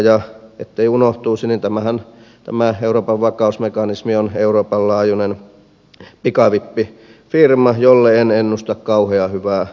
ja ettei unohtuisi niin tämä euroopan vakausmekanismi on euroopan laajuinen pikavippifirma jolle en ennusta kauhean hyvää tulevaisuutta